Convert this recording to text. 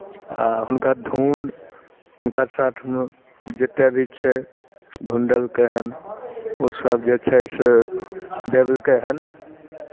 आ हुनकर धुन हुनका साथमे जतेक भी छै धुन देलकै हन ओसभ जे छै से देलकै हन